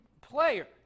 player